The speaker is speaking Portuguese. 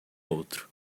outro